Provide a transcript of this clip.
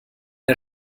der